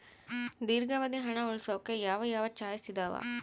ದೇರ್ಘಾವಧಿ ಹಣ ಉಳಿಸೋಕೆ ಯಾವ ಯಾವ ಚಾಯ್ಸ್ ಇದಾವ?